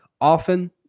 Often